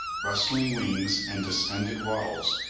rustling wings and distended wattles,